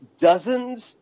dozens